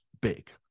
big